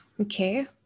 okay